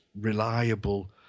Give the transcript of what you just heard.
reliable